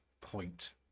point